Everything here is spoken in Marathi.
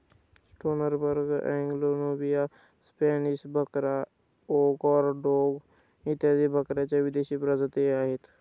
टोनरबर्ग, अँग्लो नुबियन, स्पॅनिश बकरा, ओंगोरा डोंग इत्यादी बकऱ्यांच्या विदेशी प्रजातीही आहेत